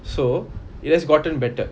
so it has gotten better